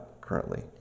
currently